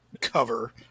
cover